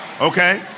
okay